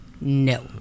no